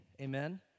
Amen